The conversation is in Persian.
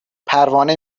پروانه